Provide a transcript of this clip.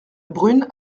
brune